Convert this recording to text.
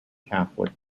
catholic